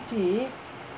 இடிச்சி:idichi